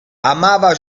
amava